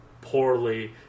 poorly